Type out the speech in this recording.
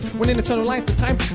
when in eternal lines to time